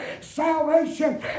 salvation